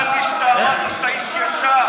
שמעתי שאמרת שאתה איש ישר.